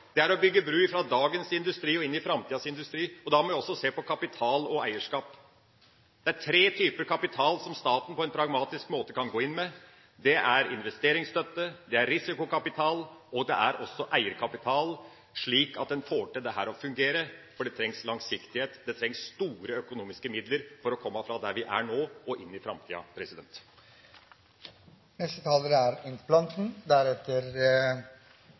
å bygge bru fra dagens industri og inn i framtidas industri, og da må vi også se på kapital og eierskap. Det er tre typer kapital som staten på en pragmatisk måte kan gå inn med. Det er investeringsstøtte, det er risikokapital, og det er eierkapital, slik at en får dette til å fungere, for det trengs langsiktighet, det trengs store økonomiske midler for å komme fra der vi er nå, og inn i framtida. Jeg takker for de innleggene vi har hørt i debatten. Samtlige innlegg er